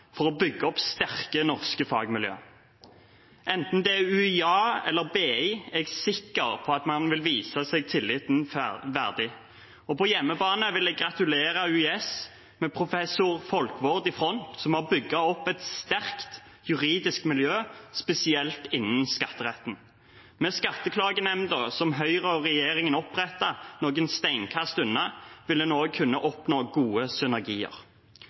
for å bygge opp sterke norske fagmiljøer. Enten det er UiA eller BI, er jeg sikker på at man vil vise seg tilliten verdig. Og på hjemmebane vil jeg gratulere UiS, med professor Folkvord i front, som har bygget opp et sterkt juridisk miljø, spesielt innen skatteretten. Med Skatteklagenemnda, som Høyre og regjeringen opprettet noen steinkast unna, vil man også kunne oppnå gode synergier.